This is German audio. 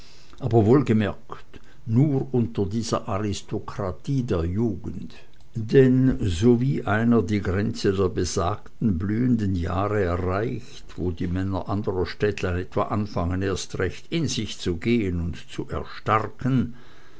aber wohlgemerkt nur unter dieser aristokratie der jugend denn sowie einer die grenze der besagten blühenden jahre erreicht wo die männer anderer städtlein etwa anfangen erst recht in sich zu gehen und zu erstarken